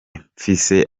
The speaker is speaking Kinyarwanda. mfise